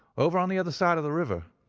over on the other side of the river.